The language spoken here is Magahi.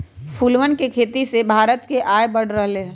फूलवन के खेती से भारत के आय बढ़ रहले है